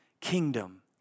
kingdom